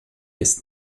ist